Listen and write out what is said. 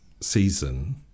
season